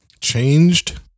changed